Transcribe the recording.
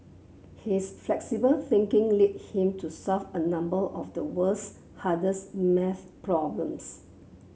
his flexible thinking lead him to solve a number of the world's hardest maths problems